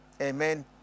Amen